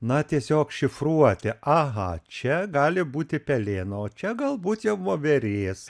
na tiesiog šifruoti aha čia gali būti pelėno o čia galbūt jau voverės